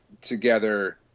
together